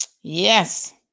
Yes